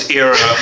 era